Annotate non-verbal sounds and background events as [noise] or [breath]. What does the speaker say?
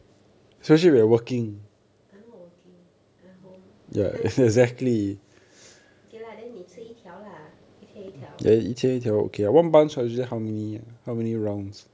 I'm not working I at home [laughs] [breath] okay lah then 你吃一条 lah 一天一条